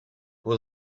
hoe